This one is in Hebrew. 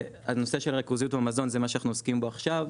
הנושא של ריכוזיות במזון זה מה שאנחנו עוסקים בו עכשיו.